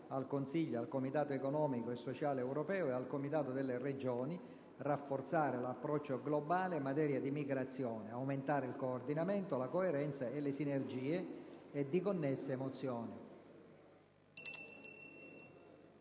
al Consiglio, al Comitato economico e sociale europeo e al Comitato delle regioni «Rafforzare l'approccio globale in materia di migrazione: aumentare il coordinamento, la coerenza e le sinergie» (COM (2008)